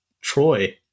Troy